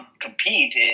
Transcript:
compete